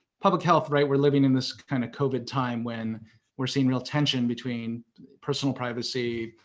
public health, right, we're living in this kind of covid time when we're seeing real tension between personal privacy,